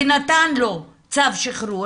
ונתן לו צו שחרור.